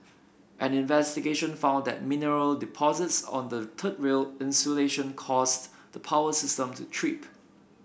an investigation found that mineral deposits on the third rail insulation caused the power system to trip